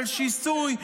של שיסוי,